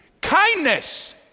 kindness